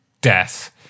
Death